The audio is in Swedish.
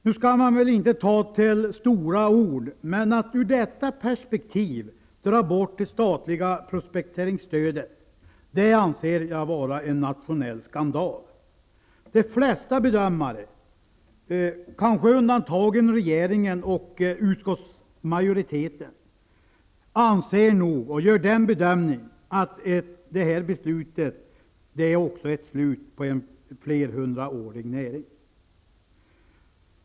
Nu skall man väl inte ta till stora ord, men att ur det perspektivet dra bort det statliga prospekteringsstödet är en nationell skandal. De flesta bedömare, kanske med undantag av regeringen och utskottsmajoriteten, anser nog att detta beslut också är slutet på en flerhundraårig näring.